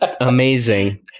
Amazing